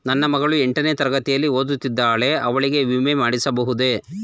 ನನ್ನ ಮಗಳು ಎಂಟನೇ ತರಗತಿಯಲ್ಲಿ ಓದುತ್ತಿದ್ದಾಳೆ ಅವಳಿಗೆ ವಿಮೆ ಮಾಡಿಸಬಹುದೇ?